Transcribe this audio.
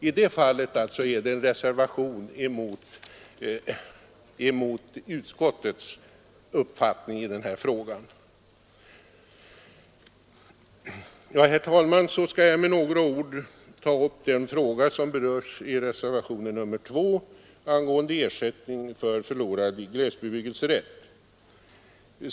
I det fallet är det fråga om en reservation mot utskottets uppfattning. Herr talman! Så skall jag med några ord ta upp den frågan som berörs i reservationen 2 angående ersättning för förlorad glesbebyggelserätt.